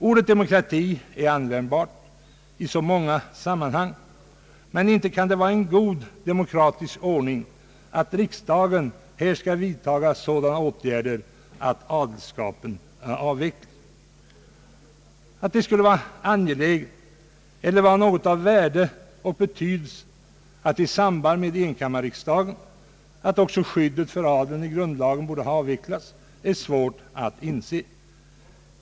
Ordet demokrati är användbart i så många sammanhang. Men det kan inte vara en god demokratisk ordning att riksdagen skall vidta sådana åtgärder att adelskapet avvecklas. Att det skulle vara angeläget eller av värde att också skyddet för adeln i grundlagen avvecklas i samband med enkammarriksdagens införande är svårt att inse.